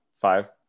five